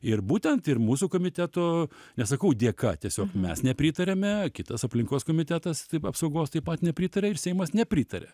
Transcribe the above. ir būtent ir mūsų komiteto nesakau dėka tiesiog mes nepritariame kitas aplinkos komitetas taip apsaugos taip pat nepritarė ir seimas nepritarė